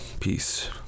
Peace